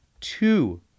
two